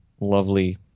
lovely